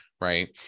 right